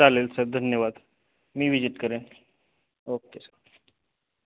चालेल सर धन्यवाद मी विजिट करेन ओके सर